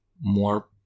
more